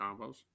combos